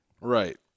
Right